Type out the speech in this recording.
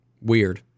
weird